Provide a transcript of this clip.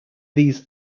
these